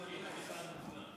אנחנו עובדים על זה, חבר הכנסת דנון.